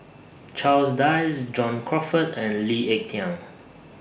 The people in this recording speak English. Charles Dyce John Crawfurd and Lee Ek Tieng